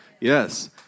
Yes